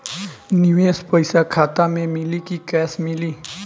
निवेश पइसा खाता में मिली कि कैश मिली?